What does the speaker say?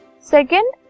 Second